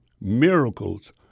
miracles